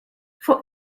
for